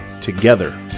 together